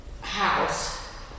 house